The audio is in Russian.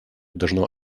должно